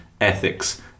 ethics